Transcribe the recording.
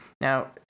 Now